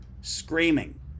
screaming